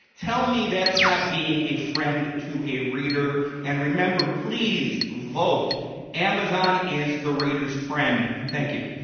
tell me that's not being a friend to a reader and remember please vote amazon is the reader's friend. thank you.